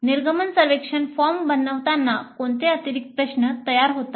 exit सर्वेक्षण form बनवताना कोणते अतिरिक्त प्रश्न तयार होतात